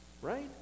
right